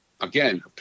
again